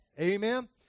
Amen